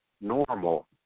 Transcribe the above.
normal